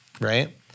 right